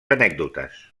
anècdotes